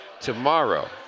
tomorrow